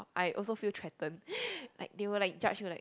I also feel threatened like they will like judge you like